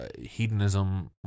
hedonism